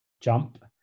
jump